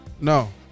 No